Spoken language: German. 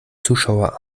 zuschauer